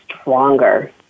stronger